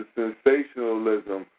sensationalism